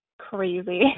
crazy